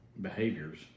behaviors